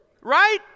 Right